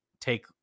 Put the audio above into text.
take